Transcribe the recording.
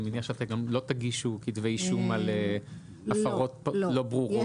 אני מניח שלא תגישו כתבי אישום על הפרות לא ברורות.